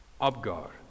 Abgar